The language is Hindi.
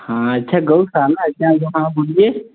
हाँ अच्छा गौशाला है अच्छा हाँ बोलिए